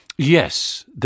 Yes